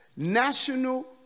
national